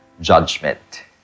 judgment